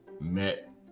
met